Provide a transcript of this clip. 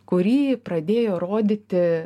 kurį pradėjo rodyti